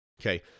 Okay